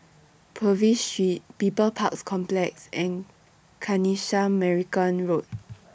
Purvis Street People's Park Complex and Kanisha Marican Road